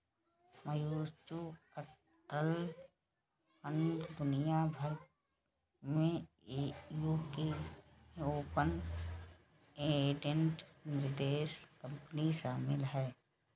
mutual fund दुनिया भर में यूके में ओपन एंडेड निवेश कंपनी शामिल हैं